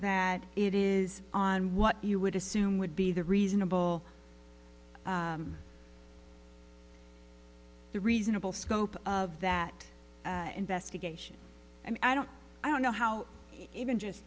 that it is on what you would assume would be the reasonable the reasonable scope of that investigation and i don't i don't know how even just